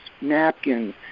napkins